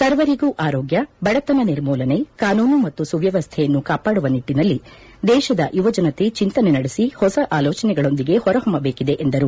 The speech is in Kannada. ಸರ್ವರಿಗೂ ಆರೋಗ್ಯ ಬಡತನ ನಿರ್ಮೂಲನೆ ಕಾನೂನು ಮತ್ತು ಸುವ್ಯವಸ್ಥೆಯನ್ನು ಕಾಪಾಡುವ ನಿಟ್ಟನಲ್ಲಿ ದೇಶದ ಯುವಜನತೆ ಚಿಂತನೆ ನಡೆಸಿ ಹೊಸ ಆಲೋಚನೆಗಳೊಂದಿಗೆ ಹೊರ ಹೊಮ್ಬದೇಕಿದೆ ಎಂದರು